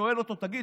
ושואל אותו: תגיד,